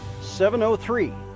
703